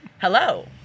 hello